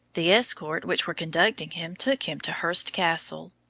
the escort which were conducting him took him to hurst castle.